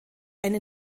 eine